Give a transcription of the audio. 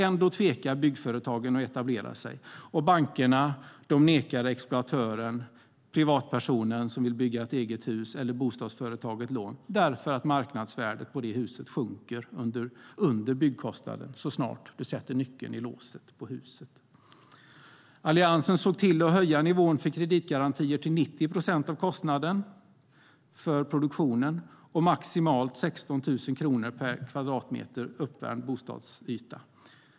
Ändå tvekar byggföretagen att etablera sig, och bankerna nekar exploatören, privatpersonen som vill bygga ett eget hus eller bostadsföretaget lån därför att marknadsvärdet på det huset sjunker under byggkostnaden så snart du sätter nyckeln i låset på huset. Alliansen såg till att höja nivån för kreditgarantier till 90 procent av kostnaden för produktionen och maximalt 16 000 kronor per kvadratmeter uppvärmd bostadsyta.